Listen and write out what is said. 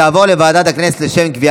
של חבר הכנסת אליהו רביבו,